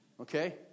Okay